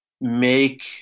make